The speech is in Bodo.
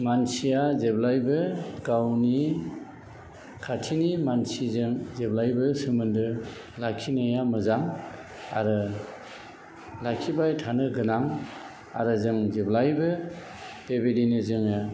मानसिया जेब्लायबो गावनि खाथिनि मानसिजों जेब्लाबो सोमोन्दो लाखिनाया मोजां आरो लाखिबाय थानो गोनां आरो जों जेब्लाबो बेबायदिनो जोङो